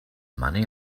money